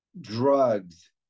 drugs